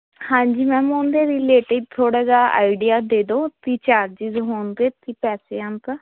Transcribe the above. ਹਾਂਜੀ ਮੈਮ ਉਹਦੇ ਰਿਲੇਟਿਵ ਥੋੜਾ ਜਿਹਾ ਆਈਡੀਆ ਦੇ ਦੋ ਕੀ ਚਾਰਜ ਹੋਣਗੇ ਕੀ ਪੈਸੇ ਅਦਿ ਦਾ